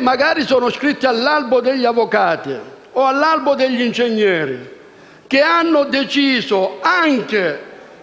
magari iscritti all'albo degli avvocati o degli ingegneri, che hanno deciso